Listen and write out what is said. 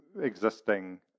existing